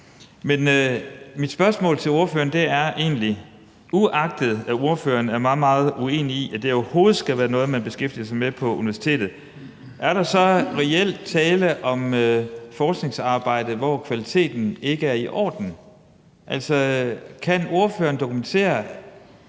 et spørgsmål til ordføreren, uagtet at ordføreren er meget, meget uenig i, at det overhovedet skal være noget, man beskæftiger sig med på universitetet. Er der reelt tale om forskningsarbejde, hvor kvaliteten ikke er i orden? Kan ordføreren dokumentere,